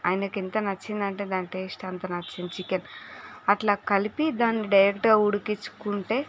ఆయనకు ఎంత నచ్చిందంటే దాని టేస్ట్ అంత నచ్చింది చికెన్ అట్లా కలిపి దాన్ని డైరెక్ట్గా ఉడికించుకుంటే